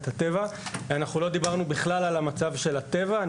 אנחנו לא דיברנו בכלל על המצב של הטבע.